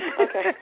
Okay